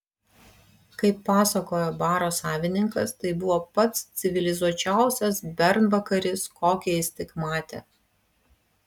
kaip pasakojo baro savininkas tai buvo pats civilizuočiausias bernvakaris kokį jis tik matė